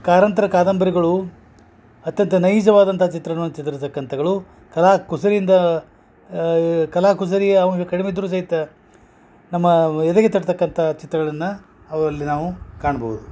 ಕಾರಂತ್ರ ಕಾದಂಬರಿಗಳು ಅತ್ಯಂತ ನೈಜವಾದಂಥ ಚಿತ್ರಣವನ್ನ ಚಿತ್ರಸ್ತಕ್ಕಂಥಗಳು ಕಲಾ ಕುಸರಿಂದಾ ಈ ಕಲಾ ಕುಸರಿ ಅವಂಗೆ ಕಡಿಮೆ ಇದ್ದರೂ ಸಹಿತ ನಮ್ಮ ಎದೆಗೆ ತಟ್ತಕ್ಕಂಥ ಚಿತ್ರಗಳನ್ನ ಅವಲ್ಲಿ ನಾವು ಕಾಣ್ಬೌದು